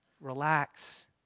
Relax